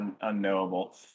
unknowable